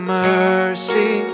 mercy